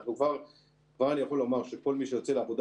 כבר אני יכול לומר שכל מי שיוצא לעבודה